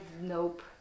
nope